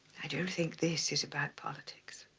i don't think this is about politics.